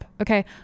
Okay